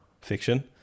Fiction